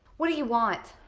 what do you want?